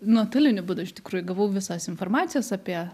nuotoliniu būdu iš tikrųjų gavau visos informacijos apie